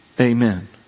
Amen